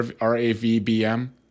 R-A-V-B-M